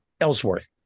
Ellsworth